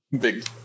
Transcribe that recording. big